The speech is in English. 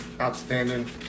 outstanding